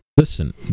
Listen